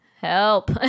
help